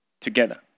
together